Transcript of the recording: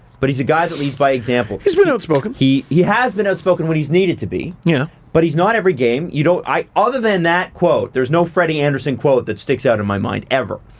but he's a guy that leads by example. he's been outspoken. he he has been outspoken when he's needed to be. yeah. but he's not every game, you don't, i, other than that quote there's no freddie andersen quote that sticks out in my mind. ever.